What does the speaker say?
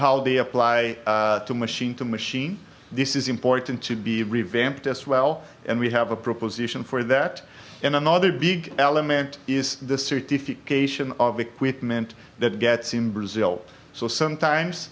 how they apply to machine to machine this is important to be revamped as well and we have a proposition for that and another big element is the certification of equipment that gets in brazil so sometimes